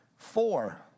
Four